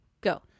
go